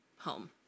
home